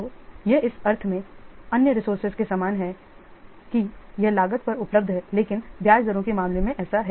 तो यह इस अर्थ में अन्य रिसोर्सेज के समान है कि यह लागत पर उपलब्ध है लेकिन ब्याज दरों के मामले में ऐसा है